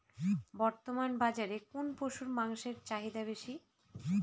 বর্তমান বাজারে কোন পশুর মাংসের চাহিদা বেশি?